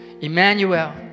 Emmanuel